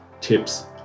tips